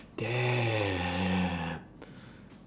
damn